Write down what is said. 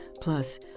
Plus